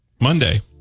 Monday